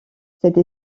cette